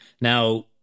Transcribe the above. Now